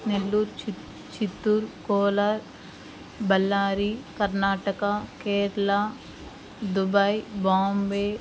నెల్లూర్ చి చిత్తూర్ కోలార్ బళ్ళారి కర్ణాటక కేరళ దుబాయ్ బాంబే